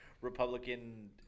Republican